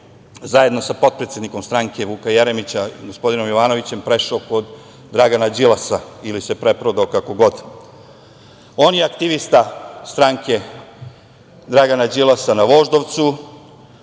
zajedno sa potpredsednikom stranke Vuka Jeremića, gospodinom Jovanovićem, prešao kod Dragana Đilasa ili se preprodao, kako god. On je aktivista stranke Dragana Đilasa na Voždovcu.